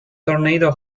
tornado